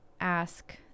ask